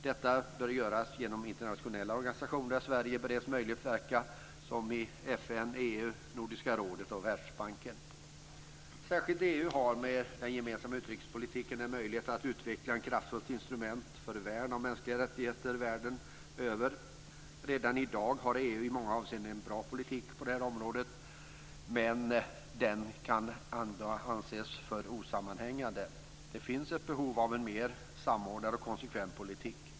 Detta bör göras genom internationella organisationer där Sveriges bereds möjlighet att verka, t.ex. i FN, Särskilt EU har, genom den gemensamma utrikespolitiken, en möjlighet att utveckla ett kraftfullt instrument för värn av de mänskliga rättigheterna världen över. Redan i dag har EU en i många avseenden bra politik på det här området. Men den kan ändå anses vara för osammanhängande. Det finns ett behov av en mer samordnad och konsekvent politik.